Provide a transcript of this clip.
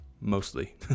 mostly